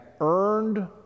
earned